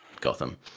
Gotham